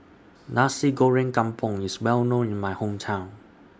Nasi Goreng Kampung IS Well known in My Hometown